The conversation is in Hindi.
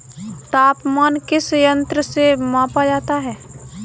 तापमान किस यंत्र से मापा जाता है?